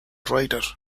writer